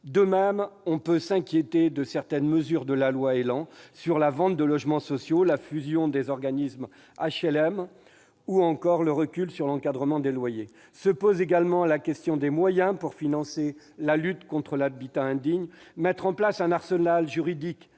De même, on peut s'inquiéter de certaines mesures de la loi ÉLAN relatives à la vente de logements sociaux, à la fusion des organismes d'HLM ou encore au recul de l'encadrement des loyers. Se pose également la question des moyens pour financer la lutte contre l'habitat indigne. Mettre en place un arsenal juridique,